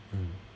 mm